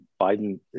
Biden